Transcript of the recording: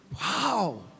Wow